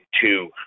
two